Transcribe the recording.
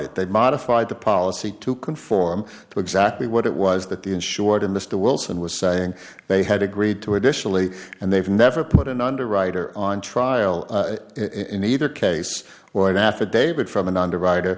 it they modified the policy to conform to exactly what it was that the insured in this to wilson was saying they had agreed to additionally and they've never put an underwriter on trial in either case or an affidavit from an underwriter